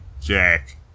Jack